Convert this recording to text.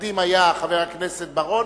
המתנגדים היה חבר הכנסת בר-און.